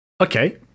Okay